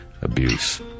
abuse